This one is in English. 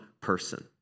person